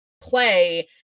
play